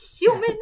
Human